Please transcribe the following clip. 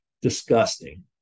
disgusting